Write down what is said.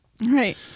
Right